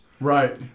Right